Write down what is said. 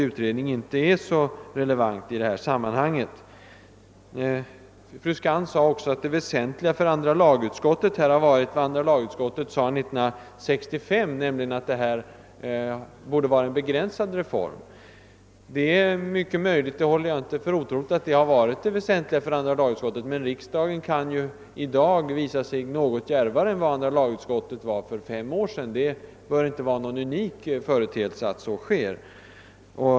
Fru Skantz sade också att det väsentliga för andra lagutskottet har varit vad utskottet skrev 1965, nämligen att reformen borde vara begränsad. Ja, det är mycket möjligt att detta har varit det väsentliga för andra lagutskottet, men riksdagen kan ju i dag vara något djärvare än utskottet var för fem år sedan. Det borde inte vara någon unik företeelse.